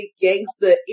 gangster